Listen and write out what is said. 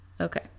okay